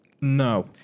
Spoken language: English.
No